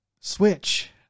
switch